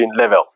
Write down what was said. level